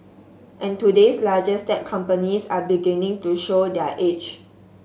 and today's largest tech companies are beginning to show their age